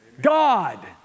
God